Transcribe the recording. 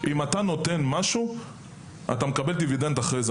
אם אתה נותן משהו אתה מקבל דיבידנד אחרי זה.